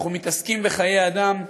אנחנו מתעסקים בחיי אדם.